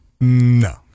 No